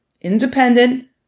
independent